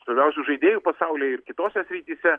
svarbiausių žaidėjų pasaulyje ir kitose srityse